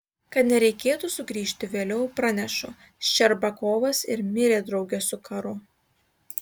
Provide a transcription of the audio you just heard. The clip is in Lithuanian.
kad nereikėtų sugrįžti vėliau pranešu ščerbakovas ir mirė drauge su karu